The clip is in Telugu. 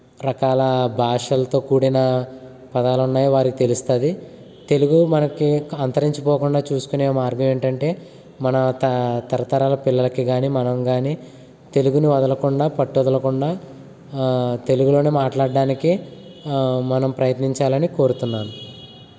రకాల భాషలతో కూడిన పదాలు ఉన్నాయి వారికి తెలుస్తుంది తెలుగు మనకి అంతరించిపోకుండా చూసుకునే మార్గం ఏంటంటే మన త తరతరాల పిల్లలకి కానీ మనం కానీ తెలుగును వదలకుండా పట్టు వదలకుండా తెలుగులోనే మాట్లాడడానికి మనం ప్రయత్నించాలని కోరుతున్నాను